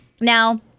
Now